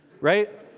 Right